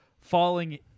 Falling